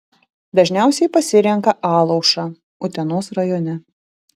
dažniausiai pasirenka alaušą utenos rajone